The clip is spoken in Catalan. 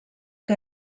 que